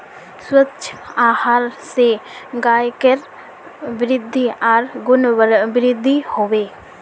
स्वस्थ आहार स गायकेर वृद्धि आर गुणवत्तावृद्धि हबे